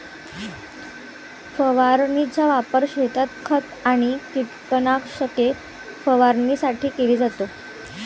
फवारणीचा वापर शेतात खत आणि कीटकनाशके फवारणीसाठी केला जातो